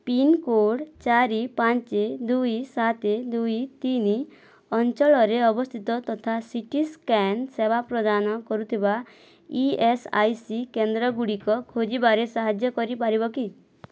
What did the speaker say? pincode ଚାରି ପାଞ୍ଚ ଦୁଇ ସାତ ଦୁଇ ତିନି ଅଞ୍ଚଳରେ ଅବସ୍ଥିତ ତଥା ସି ଟି ସ୍କାନ୍ ସେବା ପ୍ରଦାନ କରୁଥିବା ଇ ଏସ୍ ଆଇ ସି କେନ୍ଦ୍ର ଗୁଡ଼ିକ ଖୋଜିବାରେ ସାହାଯ୍ୟ କରିପାରିବ କି